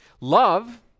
Love